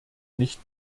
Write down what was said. nicht